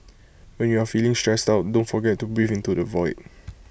when you are feeling stressed out don't forget to breathe into the void